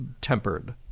tempered